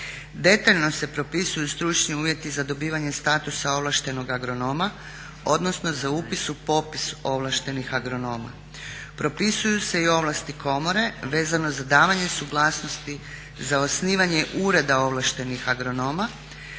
Detaljno se propisuju stručni uvjeti za dobivanje statusa ovlaštenog agronoma odnosno za upis u popis ovlaštenih agronoma. Propisuju se i ovlasti komore vezano za davanje suglasnosti za osnivanje ureda ovlaštenih agronoma,